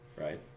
Right